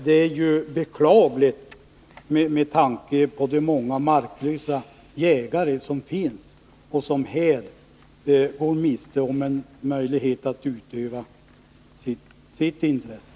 Det är beklagligt med tanke på de många marklösa jägare som finns och som sålunda går miste om en möjlighet att utöva sitt intresse.